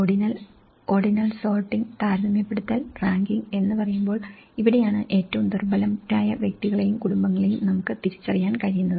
ordinal ordinal sorting താരതമ്യപ്പെടുത്തൽ ranking എന്ന് പറയുമ്പോൾ ഇവിടെയാണ് ഏറ്റവും ദുർബലരായ വ്യക്തികളെയും കുടുംബങ്ങളെയും നമുക്ക് തിരിച്ചറിയാൻ കഴിയുന്നത്